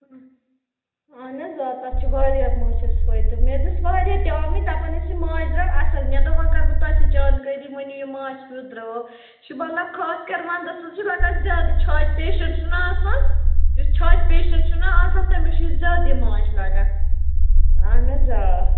اَہَن حظ آ تَتھ چھِ واریاہ مانٛچھَس فٲیدٕ مےٚ حظ ٲس واریاہ تہِ آمٕتۍ دَپان ٲسۍ یہِ مانٛچھ درٛاو اَصٕل مےٚ دوٚپ وۅنۍ کَرٕ بہٕ تۄہہِ سۭتۍ جانکٲری ؤنِو یہِ مانٛچھ کٮُ۪تھ درٛاو یہِ چھُ مطلب خاص کر وَنٛدَس منٛز چھُ لگان زیادٕ چھاتہِ پیشَنٛٹ چھُنا آسان یُس چھاتہِ پیشَنٹ چھُنا آسان تٔمِس چھُ یہِ زیادٕ یہِ مانٛچھ لَگان اَہَن حظ آ